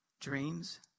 Dreams